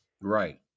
Right